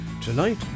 Tonight